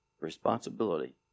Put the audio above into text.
responsibility